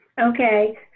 Okay